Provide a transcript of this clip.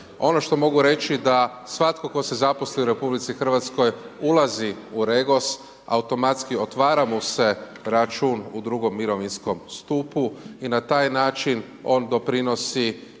Ono što mogu reći da svatko tko se zaposli u RH ulazi u REGOS, automatski otvara mu se račun u II. mirovinskom stupu i na taj način on doprinosi